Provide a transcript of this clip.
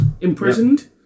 imprisoned